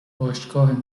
باشگاه